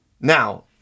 Now